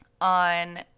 On